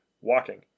walking